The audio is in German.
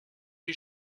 die